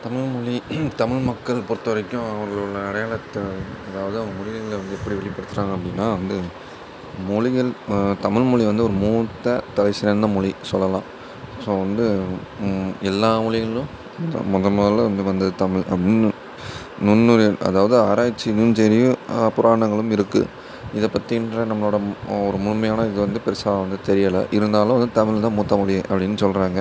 தமிழ் மொழி தமிழ் மக்கள் பொறுத்த வரைக்கும் அவர்களோடய அடையாளத்தை அதாவது அவங்க எப்படி வெளிப்படுத்துகிறாங்க அப்படினா வந்து மொழிகள் தமிழ் மொழி வந்து ஒரு மூத்த தலைசிறந்த மொழி சொல்லலாம் ஸோ வந்து எல்லா மொழிகளிலும் மொதல் மொதலில் வந்து வந்தது தமிழ் அப்படினு நுண்ணுயிரியல் அதாவது ஆராய்ச்சிலேயும் சரி புராணங்களும் இருக்குது இதை பத்தின்ற நம்மளோடய ஒரு முழுமையான இது வந்து பெருசாக வந்து தெரியலை இருந்தாலும் வந்து தமிழ் தான் மூத்த மொழியே அப்படினு சொல்கிறாங்க